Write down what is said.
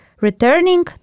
returning